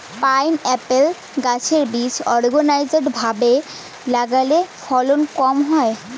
pineapple গাছের বীজ unorganised ভাবে লাগালে ফলন কম হয়